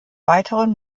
weiteren